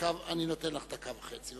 אני נותן לך דקה וחצי.